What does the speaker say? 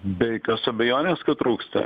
be jokios abejonės kad trūksta ir